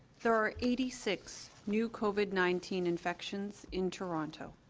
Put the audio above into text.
there are eighty six new covid nineteen infections in toronto.